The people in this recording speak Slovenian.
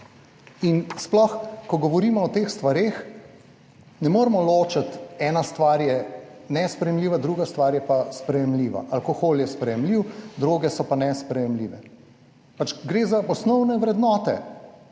In sploh, ko govorimo o teh stvareh, ne moremo ločiti, ena stvar je nesprejemljiva, druga stvar je pa sprejemljiva, alkohol je sprejemljiv, druge so pa nesprejemljive. Pač gre za osnovne vrednote.